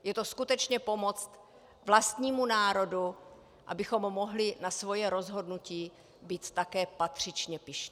Je to skutečně pomoc vlastnímu národu, abychom mohli na svoje rozhodnutí být také patřičně pyšní.